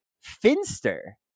Finster